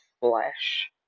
flesh